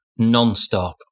nonstop